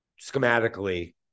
schematically